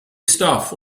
stuff